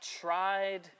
tried